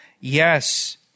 Yes